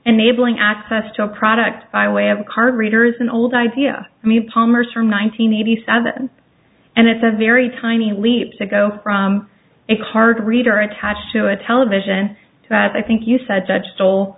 enabling access to a product by way of card readers an old idea me palmers for nine hundred eighty seven and it's a very tiny leap to go from a card reader attached to a television that i think you said judge stole